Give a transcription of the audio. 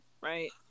right